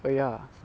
oh ya